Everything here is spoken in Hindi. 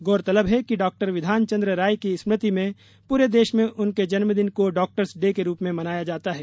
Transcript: गौरतलब है कि डॉ बिधानचन्द्र रॉय की स्मृति में पूरे देश में उनके जन्म दिन को डाक्टर्स डे के रूप में मनाया जाता है